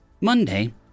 Monday